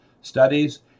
studies